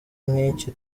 nk’iki